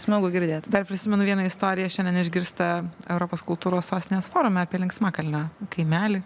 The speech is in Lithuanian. smagu girdėt dar prisimenu vieną istoriją šiandien išgirstą europos kultūros sostinės forume apie linksmakalnio kaimelį